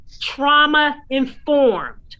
trauma-informed